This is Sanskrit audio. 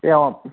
एवम्